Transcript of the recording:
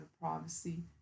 privacy